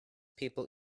people